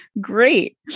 great